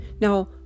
Now